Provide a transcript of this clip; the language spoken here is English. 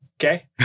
Okay